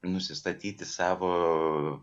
nusistatyti savo